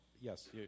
Yes